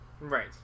Right